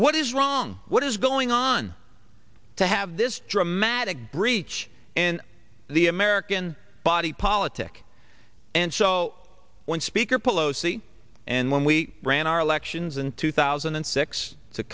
what is wrong what is going on to have this dramatic breach in the american body politic and so when speaker pelosi and when we ran our elections in two thousand and six to